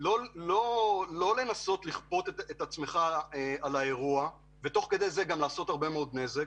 לא לכפות את עצמך על האירוע וכך ליצור נזק,